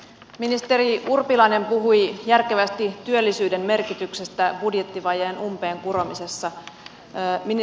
ministeri urpilainen puhui järkevästi työllisyyden merkityksestä budjettivajeen umpeen kuromisessa